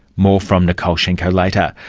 more from nicole shenko later.